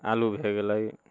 आलु भए गेल